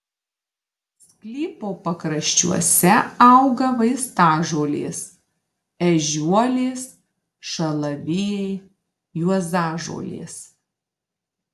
sklypo pakraščiuose auga vaistažolės ežiuolės šalavijai juozažolės